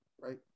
Right